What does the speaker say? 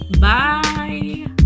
Bye